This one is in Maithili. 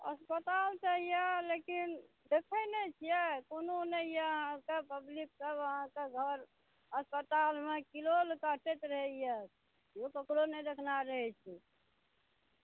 अस्पताल तऽ यऽ लेकिन देखै नहि छियै कोनो नहि यऽ सभ पब्लिक सभ अहाँकेँ घर अस्पतालमे किलोल करैत रहैया केओ ककरो नहि देखनाहर रहै छै